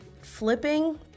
flipping